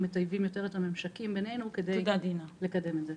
מטייבים את הממשקים בינינו כדי לקדם את זה.